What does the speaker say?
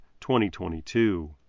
2022